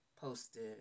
Posted